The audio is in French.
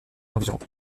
environs